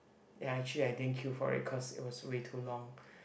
ya actually I didn't queue for it cause it was way too long